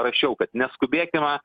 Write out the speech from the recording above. rašiau kad neskubėkime